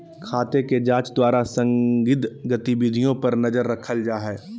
खाते के जांच द्वारा संदिग्ध गतिविधियों पर नजर रखल जा हइ